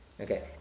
Okay